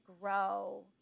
grow